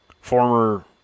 former